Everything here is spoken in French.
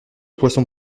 poisson